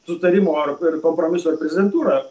sutarimo ar kompromiso ir prezidentūroje